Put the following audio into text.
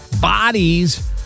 bodies